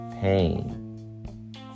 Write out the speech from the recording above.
pain